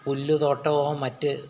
പുല്ല് തോട്ടവും മറ്റ്